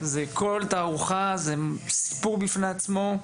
כל תערוכה זה סיפור בפני עצמו.